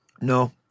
No